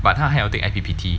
but 他还有 take I_P_P_T